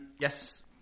Yes